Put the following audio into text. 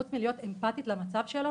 חוץ מלהיות אמפתית למצב שלו